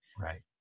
Right